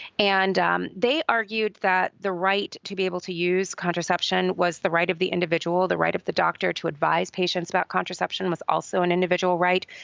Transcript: and they argued that the right to be able to use contraception was the right of the individual. the right of the doctor to advise patients about contraception was also an individual right.